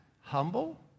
humble